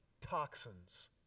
toxins